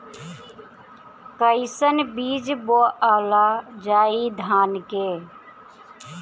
कईसन बीज बोअल जाई धान के?